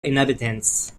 inhabitants